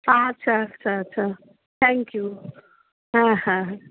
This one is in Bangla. আচ্ছা আচ্ছা আচ্ছা থ্যাংক ইউ হ্যাঁ হ্যাঁ হ্যাঁ